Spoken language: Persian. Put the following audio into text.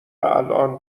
الان